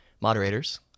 moderators